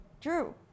drew